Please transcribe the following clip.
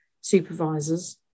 supervisors